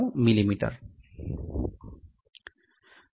D 0